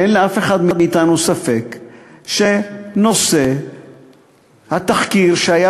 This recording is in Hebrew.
אין לאף אחד מאתנו ספק שנושא התחקיר שהיה